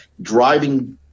driving –